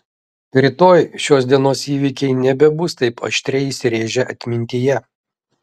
rytoj šios dienos įvykiai nebebus taip aštriai įsirėžę atmintyje